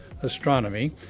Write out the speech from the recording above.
astronomy